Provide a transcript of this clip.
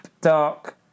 dark